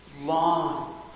long